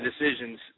decisions